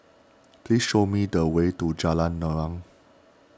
please show me the way to Jalan Naung